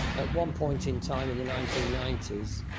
at one point in time, in the nineteen ninety s,